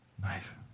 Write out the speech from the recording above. nice